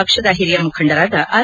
ಪಕ್ಷದ ಹಿರಿಯ ಮುಖಂಡರಾದ ಆರ್